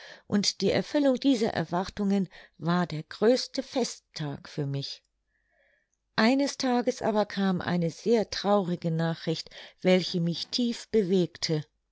und die erfüllung dieser erwartungen war der größte festtag für mich eines tages aber kam eine sehr traurige nachricht welche mich tief bewegte